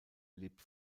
lebt